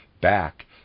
back